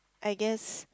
I guess